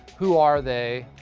who are they,